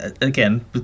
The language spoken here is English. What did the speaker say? again